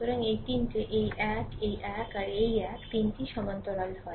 সুতরাং এই 3টে এই এক এই এক আর এই এক তিনটিই সমান্তরাল হয়